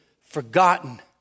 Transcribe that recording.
forgotten